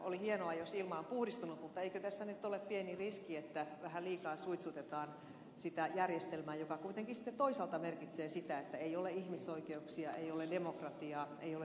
on hienoa jos ilma on puhdistunut mutta eikö tässä nyt ole pieni riski että vähän liikaa suitsutetaan sitä järjestelmää joka kuitenkin sitten toisaalta merkitsee sitä että ei ole ihmisoikeuksia ei ole demokratiaa ei ole sananvapautta